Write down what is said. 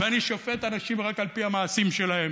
ואני שופט אנשים רק על פי המעשים שלהם,